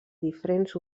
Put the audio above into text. diferents